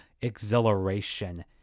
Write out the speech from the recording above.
exhilaration